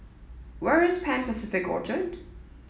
where is Pan Pacific Orchard